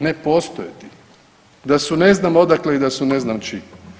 Ne postoje da su ne znam odakle i da su ne znam čiji.